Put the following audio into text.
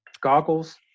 goggles